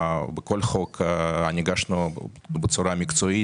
בכל חוק ניגשנו בצורה מקצועית,